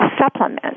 supplement